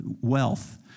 wealth